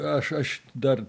aš aš dar